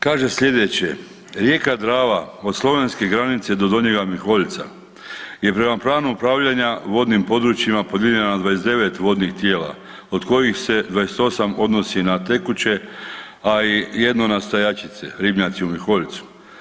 Kaže slijedeće, rijeka Drava od slovenske granice do Donjega Miholjca je prema prvu upravljanja vodnim područjima, podijeljena na 29 vodnih tijela, od kojih se 28 odnosi na tekuće a i jedno na stajaćice, ribnjaci u Miholjcu.